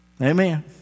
Amen